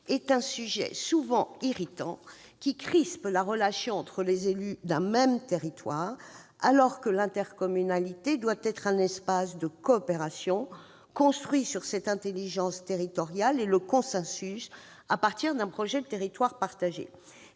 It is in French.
est un sujet fréquemment irritant qui crispe la relation entre les élus d'un même territoire, alors que l'intercommunalité doit être un espace de coopération construit sur l'intelligence territoriale et le consensus à partir d'un projet de territoire partagé.